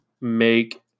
make